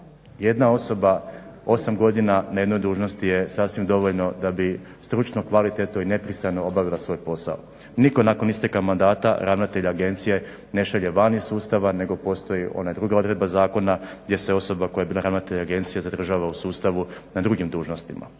jedna osoba 8 godina na jednoj dužnosti je sasvim dovoljno da bi stručno, kvalitetno i nepristrano obavila svoj posao. Nitko nakon isteka mandata ravnatelja agencije ne šalje van iz sustava nego postoji ona druga odredba zakona gdje se osoba koja je bila ravnatelj agencije zadržava u sustavu na drugim dužnostima.